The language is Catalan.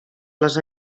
les